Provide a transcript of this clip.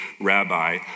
rabbi